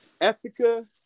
Ethica